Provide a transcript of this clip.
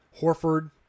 Horford